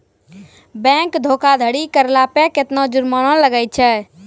Bank धोखाधड़ी करला पे केतना जुरमाना लागै छै?